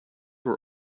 were